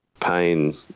pain